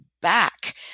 back